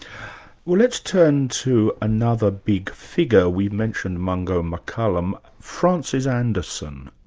well let's turn to another big figure we've mentioned mungo mccallum. francis anderson,